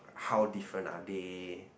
how different are they